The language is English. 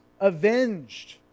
avenged